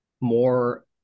more